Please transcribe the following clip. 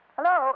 Hello